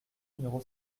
numéro